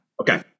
Okay